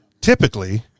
typically